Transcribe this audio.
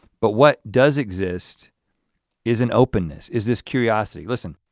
but what does exist is an openness, is this curiosity. listen,